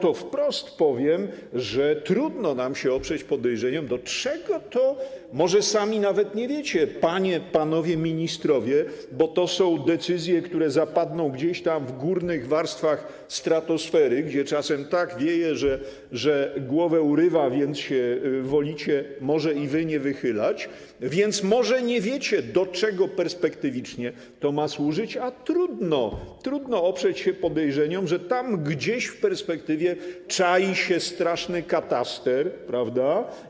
Powiem wprost, że trudno nam się oprzeć podejrzeniom do czego to może służyć, może sami nawet nie wiecie, panie i panowie ministrowie, bo to są decyzje, które zapadną gdzieś tam w górnych warstwach stratosfery, gdzie czasem tak wieje, że głowę urywa, więc wolicie może nie wychylać się, może nie wiecie, do czego perspektywicznie to ma służyć, a trudno oprzeć się podejrzeniom, że tam gdzieś w perspektywie czai się straszny kataster, prawda?